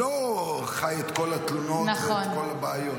אני לא חי את כל התלונות ואת כל הבעיות,